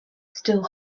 still